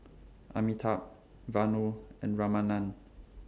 Amitabh Vanu and Ramanand